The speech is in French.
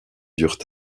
durent